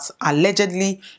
allegedly